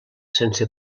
sense